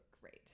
Great